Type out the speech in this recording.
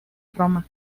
roma